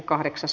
asia